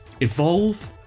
evolve